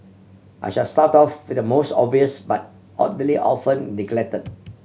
I shall start off with the most obvious but oddly often neglected